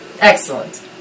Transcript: Excellent